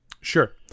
Sure